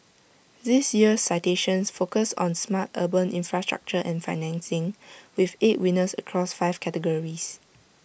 this year's citations focus on smart urban infrastructure and financing with eight winners across five categories